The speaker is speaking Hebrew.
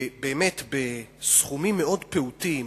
בסכומים מאוד פעוטים,